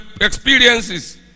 experiences